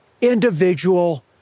individual